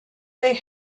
they